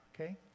Okay